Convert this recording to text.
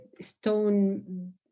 stone